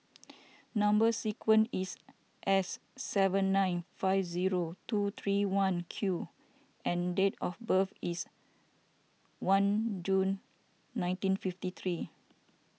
Number Sequence is S seven nine five zero two three one Q and date of birth is one June nineteen fifty three